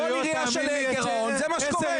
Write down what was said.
כל עירייה בגירעון זה מה שקורה.